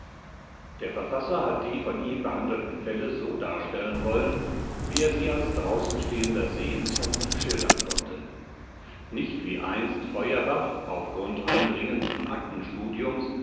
der verfasser hat die von ihm behandelten fälle so darstellen wollen wie er sie als draußenstehender sehen und schildern konnte nicht wie einst feuerbach auf